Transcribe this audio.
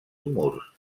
murs